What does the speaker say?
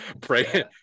Pray